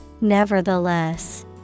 nevertheless